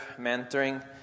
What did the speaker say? mentoring